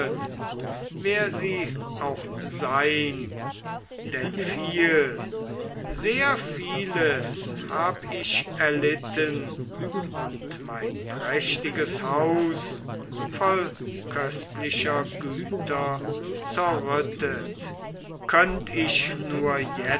wer sie auch sei'n denn viel sehr vieles hab ich erlitten und mein prächtiges haus voll köstlicher güter zerrüttet könnt ich nur